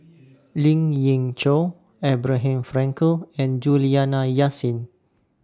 Lien Ying Chow Abraham Frankel and Juliana Yasin